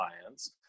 clients